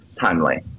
timely